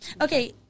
Okay